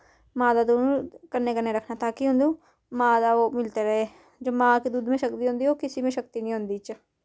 मां दा दूध कन्नै कन्नै रक्खना ताकि ओनू मां ओह् मिलता रहे जो मां के दूध में शक्ति होंदी ओह् किसे में शक्ति होंदी इच